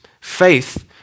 faith